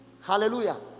Hallelujah